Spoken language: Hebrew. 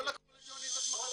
לא לקחו לג'וני את הסמכת